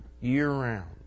year-round